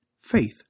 Faith